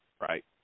right